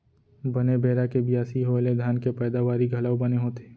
बने बेरा के बियासी होय ले धान के पैदावारी घलौ बने होथे